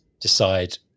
decide